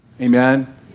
Amen